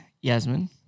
Yasmin